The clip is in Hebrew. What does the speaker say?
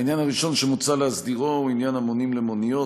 העניין הראשון שמוצע להסדירו הוא עניין המונים למוניות.